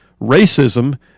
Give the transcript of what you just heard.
racism